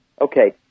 Okay